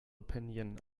opinion